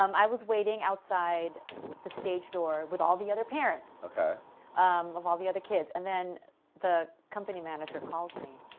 um i was waiting outside the stage door with all the other parents of all the other kids. and then the company manager calls me,